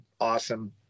awesome